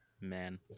Man